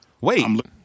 Wait